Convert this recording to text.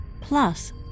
Plus